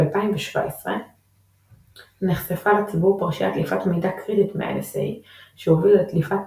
ב-2017 נחשפה לציבור פרשיית דליפת מידע קריטית מה-NSA שהובילה לדליפת